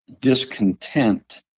discontent